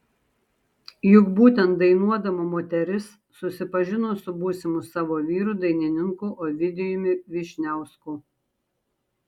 juk būtent dainuodama moteris susipažino su būsimu savo vyru dainininku ovidijumi vyšniausku